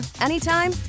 anytime